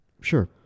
Sure